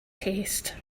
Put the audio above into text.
taste